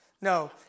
no